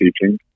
teaching